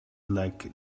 like